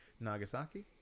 Nagasaki